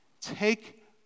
take